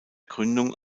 gründung